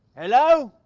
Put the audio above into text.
hello.